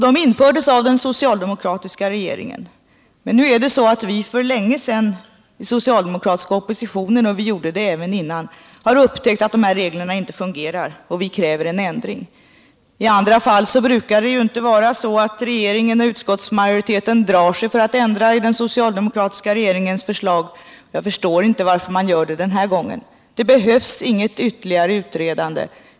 De infördes av den socialdemokratiska regeringen, men vi inom den socialdemokratiska oppositionen har för länge sedan — redan innan vi kom i oppositionsställning — upptäckt att reglerna inte fungerar, varför vi kräver en ändring. I andra fall brukar inte regeringen och utskottsmajoriteten dra sig för att ändra i den socialdemokratiska regeringens förslag, så jag förstår inte varför den drar sig för att göra det just den här gången. Det behövs inget ytterligare utredande.